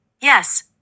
Yes